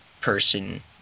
person